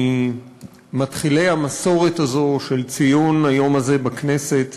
ממתחילי המסורת הזאת של ציון היום הזה בכנסת,